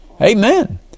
Amen